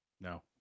No